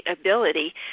ability